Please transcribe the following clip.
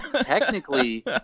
technically